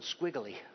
squiggly